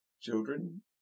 children